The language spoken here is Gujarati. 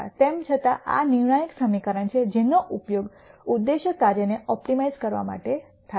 તેમ છતાં આ નિર્ણાયક સમીકરણ છે જેનો ઉપયોગ ઉદ્દેશ્ય કાર્યને ઓપ્ટિમાઇઝ કરવા માટે થાય છે